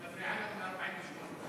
את מפריעה לנו מ-48'.